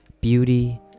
beauty